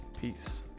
Peace